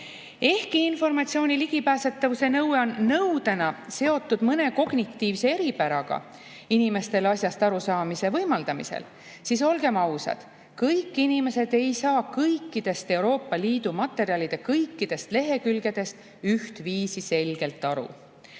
Ehkki informatsiooni ligipääsetavuse nõue on nõudena seotud mõne kognitiivse eripäraga inimestele asjast arusaamise võimaldamisel, olgem ausad, kõik inimesed ei saa kõikidest Euroopa Liidu materjalide kõikidest lehekülgedest ühtviisi selgelt aru.